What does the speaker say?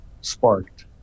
sparked